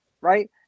right